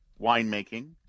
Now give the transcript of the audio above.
winemaking